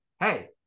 hey